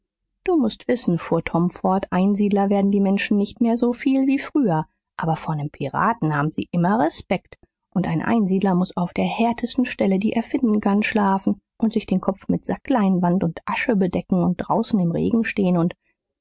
du mußt wissen fuhr tom fort einsiedler werden die menschen nicht mehr so viel wie früher aber vor nem piraten haben sie immer respekt und ein einsiedler muß auf der härtesten stelle die er finden kann schlafen und sich den kopf mit sackleinwand und asche bedecken und draußen im regen stehen und